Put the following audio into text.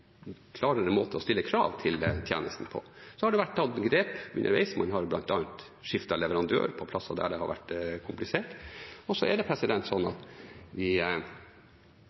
klarere måte å stille krav til den tjenesten på. Det har vært tatt grep underveis, man har bl.a. skiftet leverandør på steder der det har vært komplisert. Vi